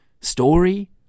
story